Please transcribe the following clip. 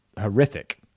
horrific